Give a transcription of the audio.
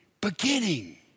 beginning